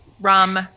rum